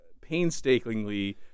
painstakingly